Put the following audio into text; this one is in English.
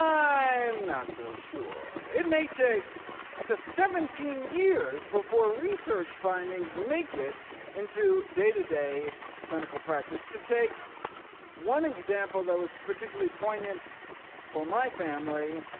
i'm not so sure. it may take up to seventeen years before research findings make it into day-to-day clinical practice. to take one example that was particularly poignant for my family